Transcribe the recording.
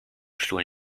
stuhl